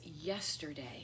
yesterday